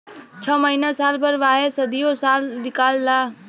छ महीना साल भर वाहे सदीयो साल निकाल ला